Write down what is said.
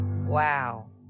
Wow